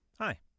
Hi